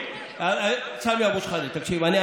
הם אומרים.